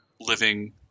living